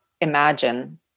imagine